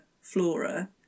flora